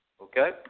Okay